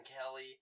Kelly